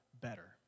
better